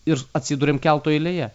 ir atsiduriam kelto eilėje